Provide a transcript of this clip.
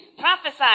Prophesy